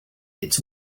its